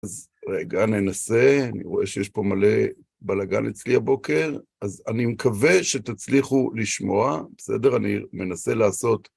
אז רגע, ננסה, אני רואה שיש פה מלא בלאגן אצלי הבוקר, אז אני מקווה שתצליחו לשמוע, בסדר? אני מנסה לעשות...